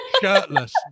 shirtless